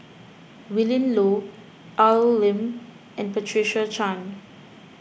Willin Low Al Lim and Patricia Chan